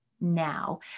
now